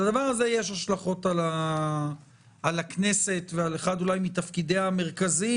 לדבר זה יש השלכות על הכנסת ועל אחד מתפקידיה המרכזיים,